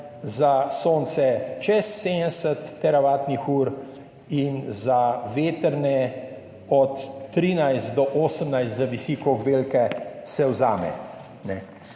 za sonce čez 70 teravatnih ur in za vetrne od 13 do 18, odvisno, kako velike se vzame.